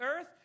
earth